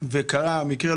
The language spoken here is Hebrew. וקרה מקרה,